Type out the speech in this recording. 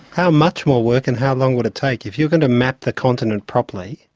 how much more work, and how long would it take? if you're going to map the continent properly,